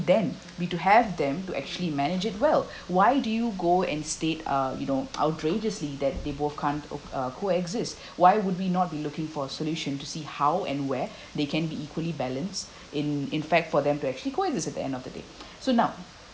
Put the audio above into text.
then we need to have them to actually manage it well why do you go and state uh you know outrageously that they both can't o~ co-exist why would we not be looking for a solution to see how and where they can be equally balanced in in fact for them to actually co-exist at the end of the day so now